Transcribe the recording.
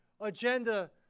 agenda